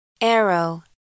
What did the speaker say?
Arrow